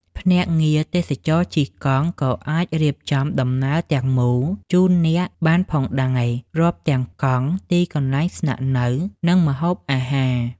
ភ្នាក់ងារទេសចរណ៍ជិះកង់ក៏អាចរៀបចំដំណើរទាំងមូលជូនអ្នកបានផងដែរ រាប់ទាំងកង់ ទីកន្លែងស្នាក់នៅ និងម្ហូបអាហារ។